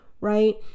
right